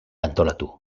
antolatu